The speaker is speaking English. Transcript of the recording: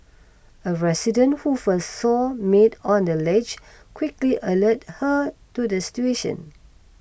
a resident who first saw maid on the ledge quickly alerted her to the situation